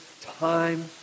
time